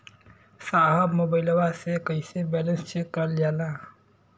साहब मोबइलवा से कईसे बैलेंस चेक करल जाला?